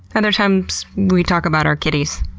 other times we talk about our kitties.